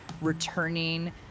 returning